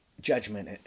judgment